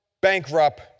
bankrupt